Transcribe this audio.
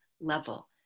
level